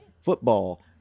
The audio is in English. football